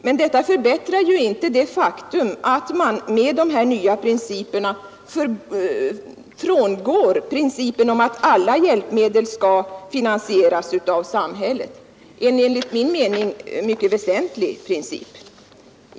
Men detta förändrar ju inte det faktum att man med dessa nya principer frångår principen om att alla hjälpmedel skall finansieras av samhället — en enligt min mening mycket väsentlig princip.